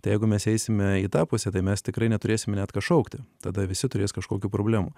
tai jeigu mes eisime į tą pusę tai mes tikrai neturėsime net ką šaukti tada visi turės kažkokių problemų